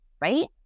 right